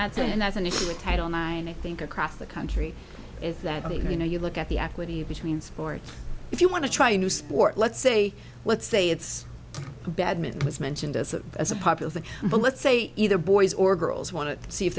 that's and that's an issue with i don't mind i think across the country is that you know you look at the activity between sports if you want to try a new sport let's say let's say it's badminton was mentioned as a as a popular thing but let's say either boys or girls want to see if